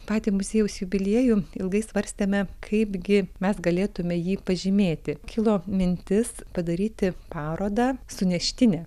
patį muziejaus jubiliejų ilgai svarstėme kaipgi mes galėtume jį pažymėti kilo mintis padaryti parodą suneštinę